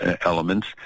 elements